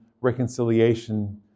reconciliation